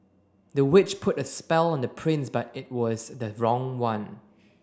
the witch put a spell on the prince but it was the wrong one